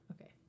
okay